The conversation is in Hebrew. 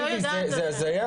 תקשיבי, זה הזיה.